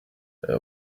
aya